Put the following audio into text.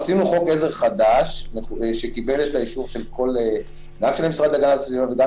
עשינו חוק עזר חדש שקיבל את האישור של המשרד להגנת הסביבה וגם